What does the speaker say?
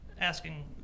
asking